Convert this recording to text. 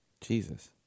Jesus